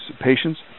patients